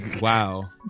wow